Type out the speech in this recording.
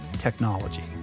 technology